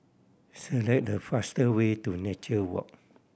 select the faster way to Nature Walk